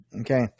Okay